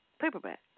paperback